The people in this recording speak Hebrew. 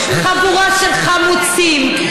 חבורה של חמוצים.